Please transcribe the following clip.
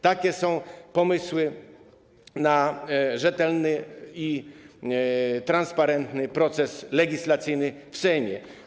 Takie są pomysły na rzetelny i transparentny proces legislacyjny w Sejmie.